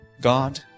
God